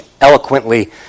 eloquently